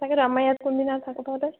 তাকেতো আমাৰ ইয়াত কোনদিনা থাক তই